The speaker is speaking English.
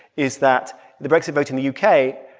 is that the brexit vote in the u k.